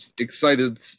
excited